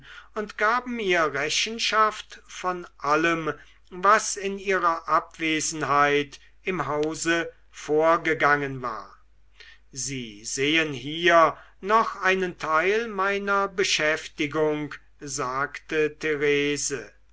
und gaben ihr rechenschaft von allem was in ihrer abwesenheit im hause vorgegangen war sie sehen hier noch einen teil meiner beschäftigung sagte